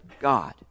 God